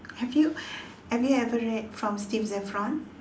have you have you ever read from Steve Zaffron